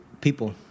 people